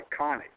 iconic